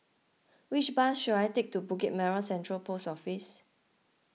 which bus should I take to Bukit Merah Central Post Office